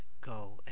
go